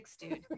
dude